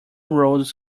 roads